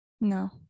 No